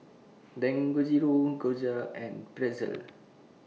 Dangojiru Gyoza and Pretzel